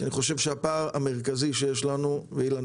שאני חושב שהפער המרכזי שיש לנו,